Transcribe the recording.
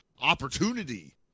opportunity